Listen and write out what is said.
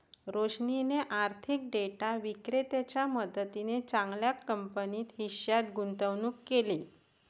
रोशनीने आर्थिक डेटा विक्रेत्याच्या मदतीने चांगल्या कंपनीच्या हिश्श्यात गुंतवणूक केली